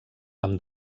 amb